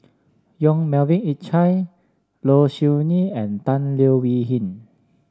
Yong Melvin Yik Chye Low Siew Nghee and Tan Leo Wee Hin